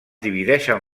divideixen